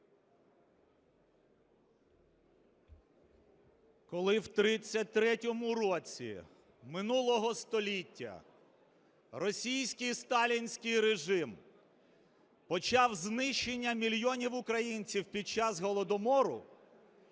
Коли в 33-му році минулого століття російський сталінський режим почав знищення мільйонів українців під час Голодомору,